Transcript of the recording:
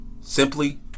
simply